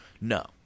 No